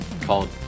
called